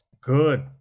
Good